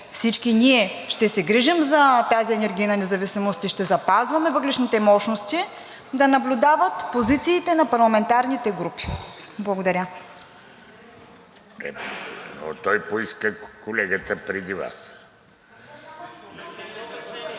всички ние ще се грижим за тази енергийна независимост и ще запазваме въглищните мощности – да наблюдават позициите на парламентарните групи. Благодаря. (Шум и реплики.)